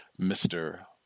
Mr